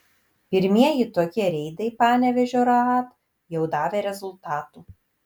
pirmieji tokie reidai panevėžio raad jau davė rezultatų